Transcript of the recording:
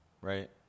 Right